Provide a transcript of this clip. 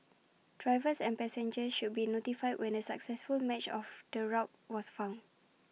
drivers and passengers should be notified when A successful match of the route was found